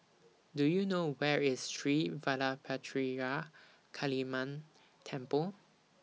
Do YOU know Where IS Sri Vadapathira Kaliamman Temple